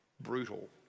Brutal